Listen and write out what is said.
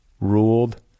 ruled